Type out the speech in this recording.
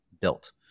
built